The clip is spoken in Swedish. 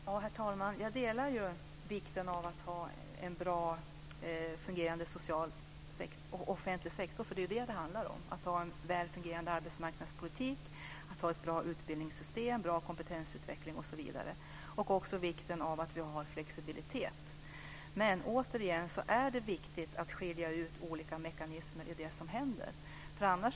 Herr talman! Jag instämmer i vikten av att ha en bra, fungerande offentlig sektor. Det handlar om att ha en väl fungerande arbetsmarknadspolitik, att ha ett bra utbildningssystem, bra kompetensutveckling osv. Det är också viktigt med flexibilitet. Återigen: Det är viktigt att skilja ut olika mekanismer i det som händer.